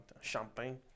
Champagne